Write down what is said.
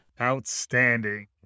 Outstanding